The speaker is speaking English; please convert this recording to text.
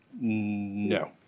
No